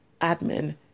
Admin